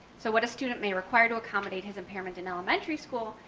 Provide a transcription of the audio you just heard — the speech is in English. so what a student may require to accommodate his impairment in elementary school,